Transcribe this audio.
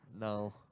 No